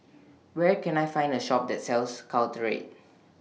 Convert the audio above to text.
Where Can I Find A Shop that sells Caltrate